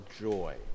joy